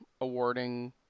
awarding